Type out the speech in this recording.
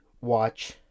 watch